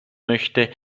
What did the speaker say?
möchte